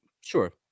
sure